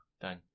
done